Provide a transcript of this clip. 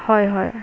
হয় হয়